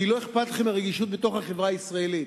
כי לא אכפת לכם מהרגישות בתוך החברה הישראלית.